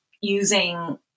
using